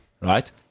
Right